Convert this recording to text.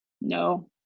no